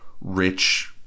rich